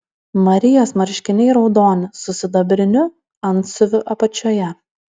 marijos marškiniai raudoni su sidabriniu antsiuvu apačioje